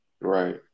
Right